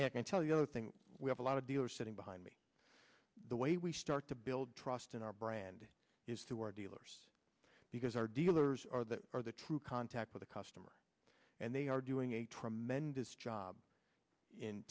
second tell you know thing we have a lot of dealers sitting behind me the way we start to build trust in our brand is through our dealers because our dealers are that are the true contact with a customer and they are doing a tremendous job in